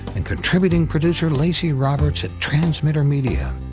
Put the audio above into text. and contributing producer lacy roberts at transmitter media.